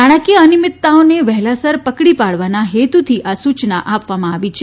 નાણાંકીય અનિયમિતતાઓને વહેલાસર પકડી પાડવાના હેતુથી આ સૂચના આપવામાં આવી છે